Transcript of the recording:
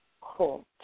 Cool